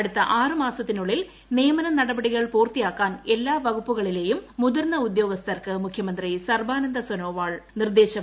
അടുത്ത ആറുമാസത്തീറ്റുള്ളിൽ നിയമന നടപടികൾ പൂർത്തിയാക്കാൻ എല്ലാ വകുപ്പുകളില്ലെയും മുതിർന്ന ഉദ്യോഗസ്ഥർക്ക് മുഖ്യമന്ത്രി സർബാനന്ദ സോനോവാൾ നിർദ്ദേശിച്ചു